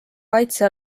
kaitse